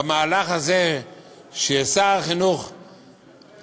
במהלך הזה של הקטנת מספר התלמידים בכיתה ששר החינוך מוביל,